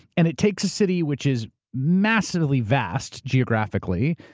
and it takes city which is massively vast, geographically,